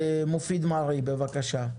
מופיד מרעי, בבקשה.